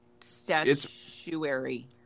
statuary